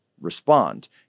respond